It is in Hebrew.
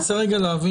אני רוצה רגע להבין,